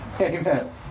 Amen